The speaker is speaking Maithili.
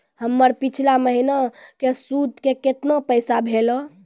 हमर पिछला महीने के सुध के केतना पैसा भेलौ?